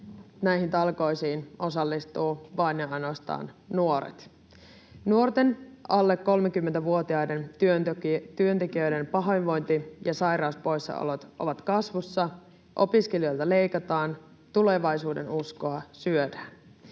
näihin talkoisiin osallistuvat vain ja ainoastaan nuoret. Nuorten, alle 30-vuotiaiden työntekijöiden pahoinvointi ja sairauspoissaolot ovat kasvussa, opiskelijoilta leikataan, tulevaisuudenuskoa syödään.